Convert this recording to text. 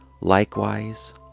Likewise